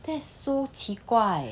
that's so 奇怪